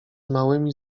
małymi